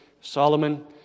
Solomon